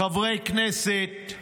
בחברי כנסת,